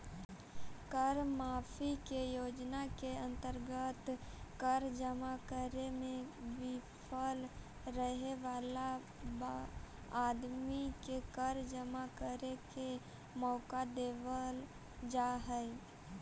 कर माफी के योजना के अंतर्गत कर जमा करे में विफल रहे वाला आदमी के कर जमा करे के मौका देवल जा हई